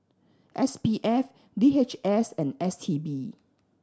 S P F D H S and S T B